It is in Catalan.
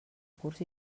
curs